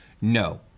No